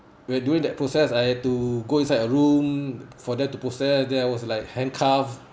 we're doing that process I had to go inside a room for them to process then I was like handcuffed